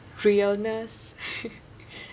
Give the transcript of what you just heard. pureness